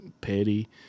Petty